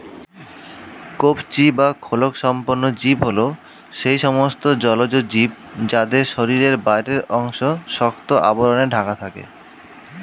কবচী বা খোলকসম্পন্ন জীব হল সেই সমস্ত জলজ জীব যাদের শরীরের বাইরের অংশ শক্ত আবরণে ঢাকা থাকে